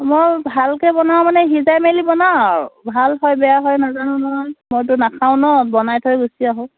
মই ভালকৈ বনাওঁ মানে সিজাই মেলি বনাওঁ আৰু ভাল হয় বেয়া হয় নাজানো নহয় মইতো নাখাওঁ ন বনাই থৈ গুচি আহোঁ